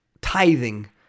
tithing